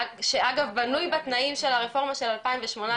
שאגב בנוי בתנאים של הרפורמה של 2018,